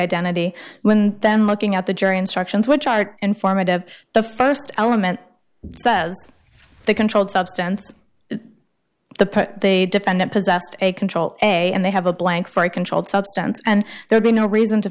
identity when then looking at the jury instructions which are informative the st element says the controlled substance the defendant possessed a control a and they have a blank for a controlled substance and there'd be no reason to